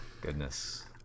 Goodness